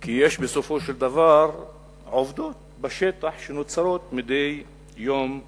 כי יש בסופו של דבר עובדות בשטח שנוצרות מדי יום ביומו.